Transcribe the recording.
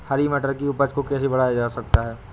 हरी मटर की उपज को कैसे बढ़ाया जा सकता है?